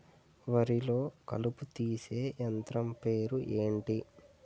వరి లొ కలుపు తీసే యంత్రం పేరు ఎంటి?